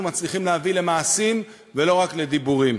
מצליחים להביא למעשים ולא רק לדיבורים.